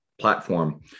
platform